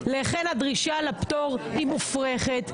לכן הדרישה לפטור היא מופרכת,